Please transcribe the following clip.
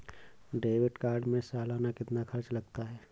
Debit card में सालाना कितना खर्च लगता है?